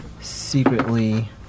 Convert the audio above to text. secretly